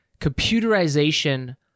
computerization